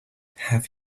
have